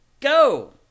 go